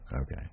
Okay